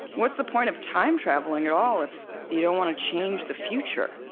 what's the point of time-traveling at all, if you don't want to change the future?